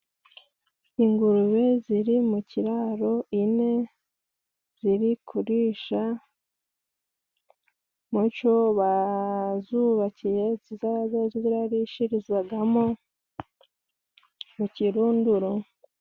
Ingurube ziri mu kiraro ine . Ziri kurisha muco bazubakiye zizabe zirarishirizagamo mu kirunduro.